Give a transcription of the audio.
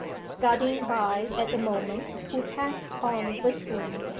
scudding by at the moment, who passed on whistling.